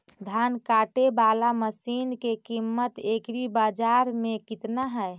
धान काटे बाला मशिन के किमत एग्रीबाजार मे कितना है?